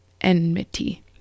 enmity